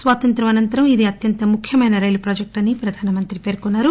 స్వాతంత్యం అనంతరం ఇది అత్యంత ముఖ్యమైన రైలు ప్రాజెక్ట్ అని ప్రధాన మంత్రి పేర్కొన్నారు